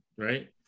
right